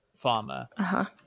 Farmer